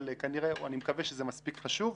אני מקווה שזה מספיק חשוב,